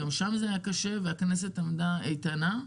גם שם היה קשה והכנסת עמדה איתנה.